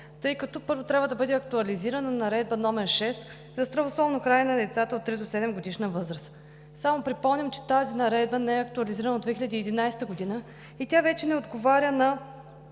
тъй като първо трябва да бъде актуализирана Наредба № 6 за здравословно хранене на децата от три до седемгодишна възраст. Само припомням, че тази Наредба не е актуализирана от 2011 г. и тя вече не отговаря на